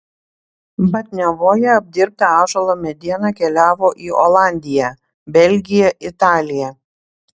batniavoje apdirbta ąžuolo mediena keliavo į olandiją belgiją italiją